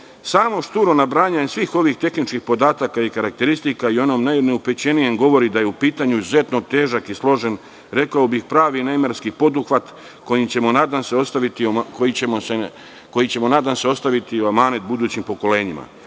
šturo nabrajanje svih ovih tehničkih podataka i karakteristika i onom najneupućenijem govori da je u pitanju izuzetno težak i složen, rekao bih pravi neimarski poduhvat, koji ćemo, nadam se, ostaviti u amanet budućim pokolenjima.